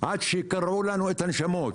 עד שקרעו לנו את הנשמות.